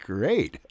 Great